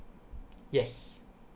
yes